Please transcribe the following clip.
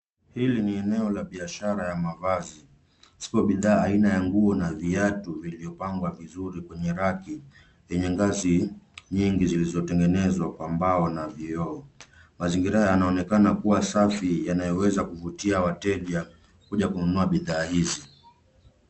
Hili ni eneo la biashara la mavazi. Zipo bidhaa aina ya nguo na viatu zilizopangwa vizuri kwenye raki nyingi zilizotengenezwa kwa mbao na vioo. Mazingira yanaonekana kuwa safi yanayoweza kuvutia wateja kuja kununua bidhaa hizi.